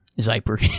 Zipper